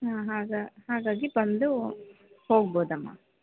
ಹಾಂ ಹಾಗೆ ಹಾಗಾಗಿ ಬಂದು ಹೋಗ್ಬೋದಮ್ಮ